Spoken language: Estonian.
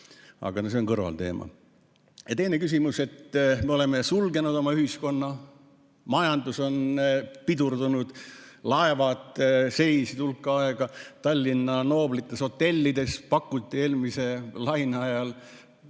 Aga see on kõrvalteema. Ja teine küsimus. Me oleme sulgenud oma ühiskonna, majandus on pidurdunud, laevad seisid hulk aega, Tallinna nooblites hotellides pakuti eelmise laine ajal